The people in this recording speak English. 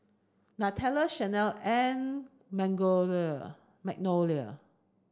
Nutella Chanel and Magnolia